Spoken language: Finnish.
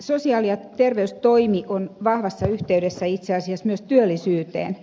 sosiaali ja terveystoimi on vahvassa yh teydessä itse asiassa myös työllisyyteen